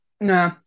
No